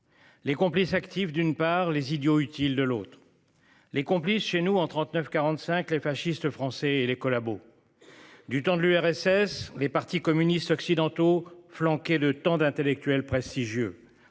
Les complices actifs d'une part les idiots utiles de l'autre. Les complices chez nous en 39 45 les fascistes français et les collabos. Du temps de l'URSS, les partis communistes occidentaux flanqué le temps d'intellectuels prestigieux